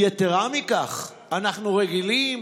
יתרה מכך, אנחנו רגילים